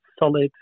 solid